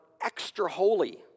extra-holy